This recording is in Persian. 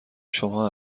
شما